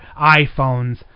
iPhones